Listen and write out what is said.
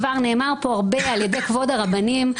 כבר נאמר פה הרבה על ידי כבוד הרבנים,